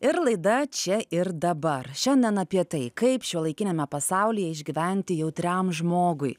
ir laida čia ir dabar šiandien apie tai kaip šiuolaikiniame pasaulyje išgyventi jautriam žmogui